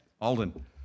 Alden